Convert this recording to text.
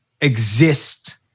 exist